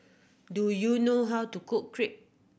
do you know how to cook Crepe